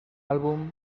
álbum